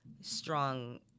strong